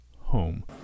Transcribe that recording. home